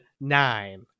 nine